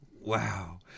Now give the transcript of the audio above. wow